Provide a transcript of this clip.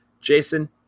Jason